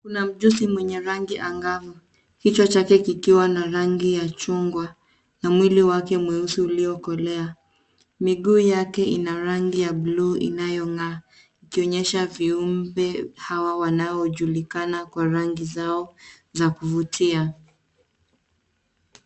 Kuna mjusi mwenye rangi angavu Kichwa chake kikiwa na rangi ya chungwa na mwili wake mweusi uliokolea. Miguu yake ina rangi ya bluu inayong'aa ikionyeshe viumbe hawa wanojulikana kwa rangi zao za kuvutia.